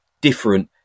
different